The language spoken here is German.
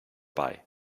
bei